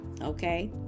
Okay